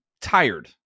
tired